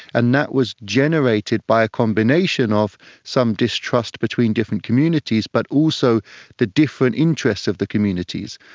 and that was generated by a combination of some distrust between different communities but also the different interests of the communities.